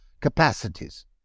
capacities